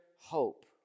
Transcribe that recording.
hope